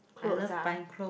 I love buying clothes